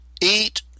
eat